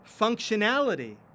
functionality